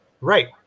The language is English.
Right